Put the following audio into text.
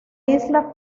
isla